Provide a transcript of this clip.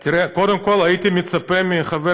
קודם כול, הייתי מצפה מחבר